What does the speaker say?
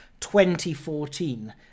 2014